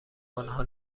آنها